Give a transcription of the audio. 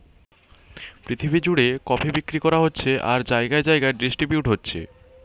পৃথিবী জুড়ে কফি বিক্রি করা হচ্ছে আর জাগায় জাগায় ডিস্ট্রিবিউট হচ্ছে